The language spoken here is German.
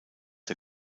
der